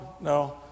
no